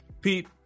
Pete